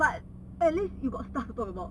but at least you got stuff to talk about